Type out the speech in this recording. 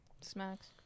Smacks